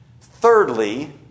Thirdly